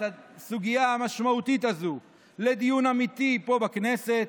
הסוגיה המשמעותית הזו לדיון אמיתי פה בכנסת.